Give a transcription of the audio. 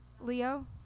Leo